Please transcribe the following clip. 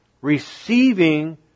receiving